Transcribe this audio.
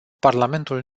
parlamentul